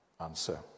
answer